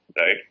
right